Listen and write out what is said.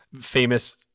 famous